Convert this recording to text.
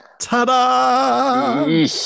ta-da